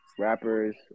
rappers